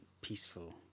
peaceful